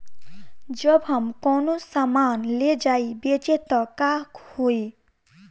जब हम कौनो सामान ले जाई बेचे त का होही?